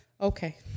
Okay